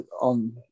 on